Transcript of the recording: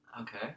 Okay